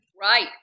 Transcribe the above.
Right